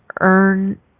earn